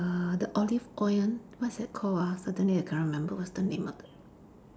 err the olive oil one what's that called ah suddenly I cannot remember what's the name of the